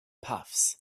puffs